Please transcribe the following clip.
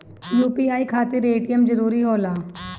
UPI खातिर ATM जरूरी होला?